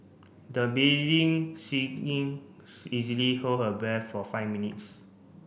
the beading singing easily hold her breath for five minutes